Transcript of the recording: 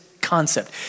concept